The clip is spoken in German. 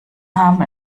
haben